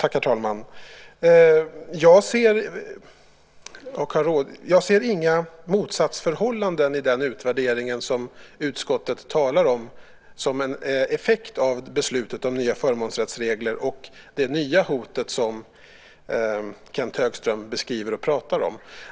Herr talman! Jag ser inget motsatsförhållande i den utvärdering som utskottet talar om som en effekt av beslutet om nya förmånsrättsregler och det nya hot som Kenth Högström beskriver och talar om.